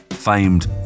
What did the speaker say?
famed